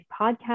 podcast